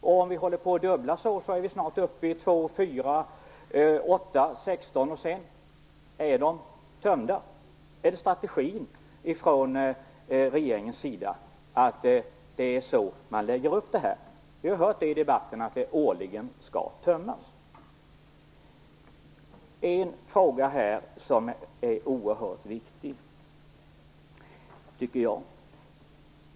Om vi fortsätter att dubblera uttagen kommer man snart upp i 2, 4, 8 och 16 miljarder, och då är stiftelserna tömda. Är det regeringens strategi? Vi har i debatten hört att det skall ske årliga uttag. Jag vill också ta upp en annan fråga som jag tycker är oerhört viktig.